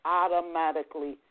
automatically